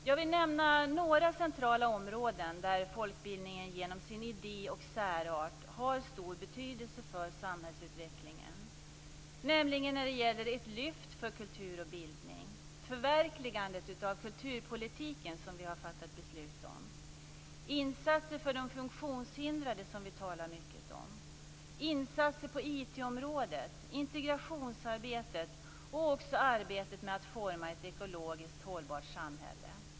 Jag vill nämna några centrala områden där folkbildningen genom sin idé och särart har stor betydelse för samhällsutvecklingen. Det gäller nämligen · ett lyft för kultur och bildning · förverkligandet av kulturpolitiken, som vi har fattat beslut om · insatser för de funktionshindrade, som vi talar mycket om · arbetet med att forma ett ekologiskt hållbart samhälle.